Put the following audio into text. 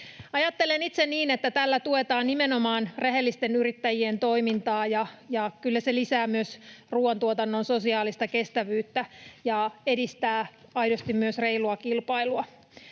Ajattelen itse niin, että tällä tuetaan nimenomaan rehellisten yrittäjien toimintaa ja että se lisää myös ruuantuotannon sosiaalista kestävyyttä ja edistää aidosti myös reilua kilpailua.